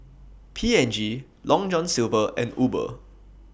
P and G Long John Silver and Uber